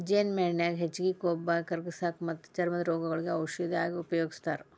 ಜೇನುಮೇಣಾನ ಹೆಚ್ಚಾಗಿ ಕೊಬ್ಬ ಕರಗಸಾಕ ಮತ್ತ ಚರ್ಮದ ರೋಗಗಳಿಗೆ ಔಷದ ಆಗಿ ಉಪಯೋಗಸ್ತಾರ